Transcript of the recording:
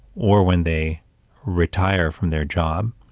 or when they retire from their job,